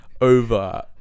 over